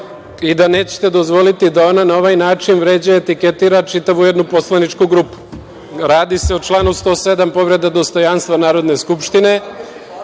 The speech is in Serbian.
i da nećete dozvoliti da ona na ovaj način vređa i etiketira čitavu jednu poslaničku grupu. Radi se o članu 107. povreda dostojanstva Narodne skupštine